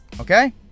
Okay